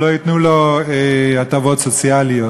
שלא ייתנו לו הטבות סוציאליות,